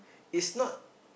is not